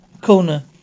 corner